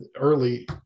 early